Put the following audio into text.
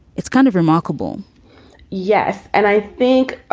it's kind of remarkable yes and i think